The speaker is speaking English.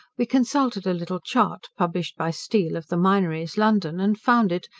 we consulted a little chart, published by steele, of the minories, london, and found it,